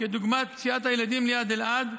כדוגמת פציעת הילדים ליד אלעד,